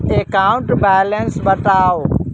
account balance बताउ